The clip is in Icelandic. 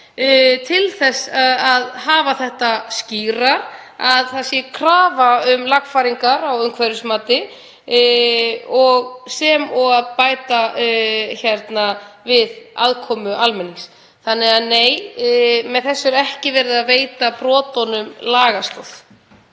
til þess að hafa það skýrara að það sé krafa um lagfæringar á umhverfismati sem og að bæta við aðkomu almennings. Þannig að nei, með þessu er ekki verið að veita brotunum lagastoð.